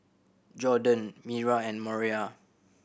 Jorden Mira and Moriah